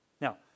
Now